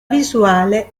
visuale